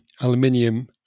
aluminium